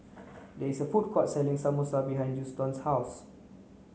there is a food court selling Samosa behind Juston's house